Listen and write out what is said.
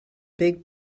big